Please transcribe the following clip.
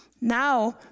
Now